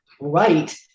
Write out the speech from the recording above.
right